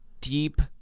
deep